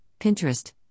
Pinterest